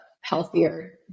healthier